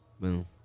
boom